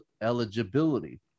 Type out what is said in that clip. eligibility